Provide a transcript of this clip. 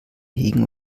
hegen